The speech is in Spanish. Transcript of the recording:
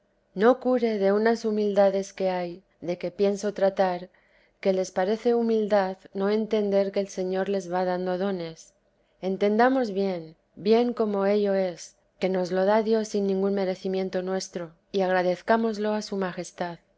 no cure de unas humildades que hay de que pienso tratar que les parece humildad no entender que el señor les va dando dones entendamos bien bien como ello es que nos lo da dios sin ningún merecimiento nuestro y agradezcámoslo a su majestad